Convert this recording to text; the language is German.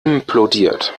implodiert